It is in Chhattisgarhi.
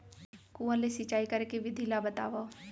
कुआं ले सिंचाई करे के विधि ला बतावव?